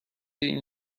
این